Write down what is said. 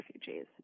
refugees